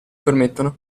permettono